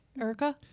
Erica